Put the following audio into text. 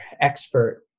expert